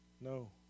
No